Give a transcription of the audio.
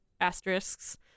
asterisks